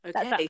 Okay